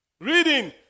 reading